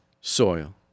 soil